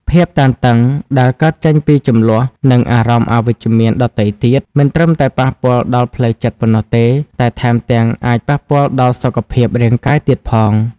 ភាពតានតឹងដែលកើតចេញពីជម្លោះ និងអារម្មណ៍អវិជ្ជមានដទៃទៀត មិនត្រឹមតែប៉ះពាល់ដល់ផ្លូវចិត្តប៉ុណ្ណោះទេ តែថែមទាំងអាចប៉ះពាល់ដល់សុខភាពរាងកាយទៀតផង។